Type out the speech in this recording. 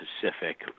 Pacific